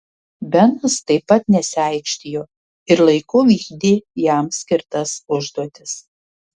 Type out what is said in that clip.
benas taip pat nesiaikštijo ir laiku vykdė jam skirtas užduotis